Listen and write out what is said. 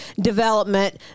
development